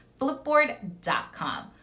Flipboard.com